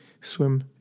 swim